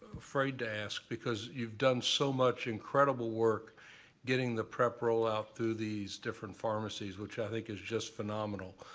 afraid to ask, because you've been done so much incredible work getting the prep rolled out through these different pharmacies, which i think is just phenomenal.